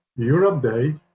europe day.